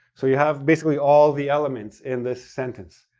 so you have basically all the elements in this sentence.